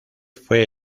fue